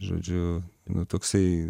žodžiu toksai